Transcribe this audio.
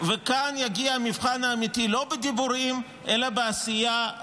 וכאן יגיע המבחן האמיתי, לא בדיבורים אלא בעשייה.